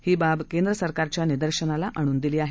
ही बाब केंद्र सरकारच्या निदर्शनाला आणून दिली आहे